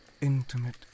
intimate